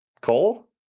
Cole